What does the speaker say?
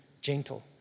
gentle